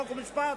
חוק ומשפט,